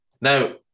Now